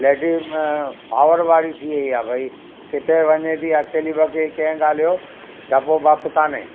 ladies में power वारी थी वई आहे भई किथे वञे थी अकेली वकी कंहिं ॻाल्हि जो डपु वप कोन्हे